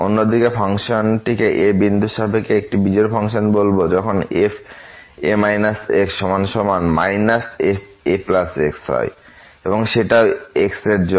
অন্যদিকে আমরা ফাংশনটিকে a বিন্দুর সাপেক্ষে একটি বিজোড় ফাংশন বলব যদি fa x fax হয় এবং সেটাও সব x এর জন্য